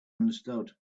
understood